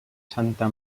santa